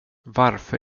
varför